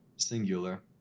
Singular